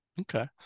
Okay